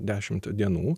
dešimt dienų